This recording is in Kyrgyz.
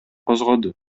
козгоду